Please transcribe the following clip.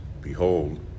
behold